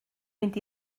mynd